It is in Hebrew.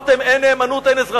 אמרתם: "אין נאמנות, אין אזרחות",